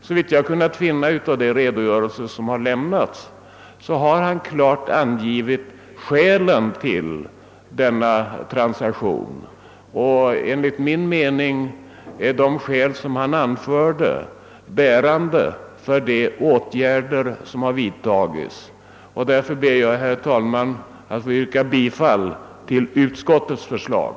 Såvitt jag har kunnat finna av de redogörelser som har lämnats har han klart angivit skälen till denna transaktion. Enligt min mening är de skäl som han anfört bärande för de åtgärder som har vidtagits. Därför ber jag, herr talman, att få yrka bifall till utskottets förslag.